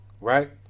Right